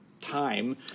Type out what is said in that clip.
time